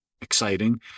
exciting